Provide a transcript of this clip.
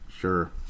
sure